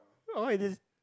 orh it is